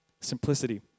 Simplicity